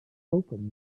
open